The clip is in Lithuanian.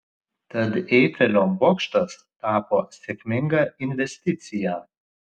tad eifelio bokštas tapo sėkminga investicija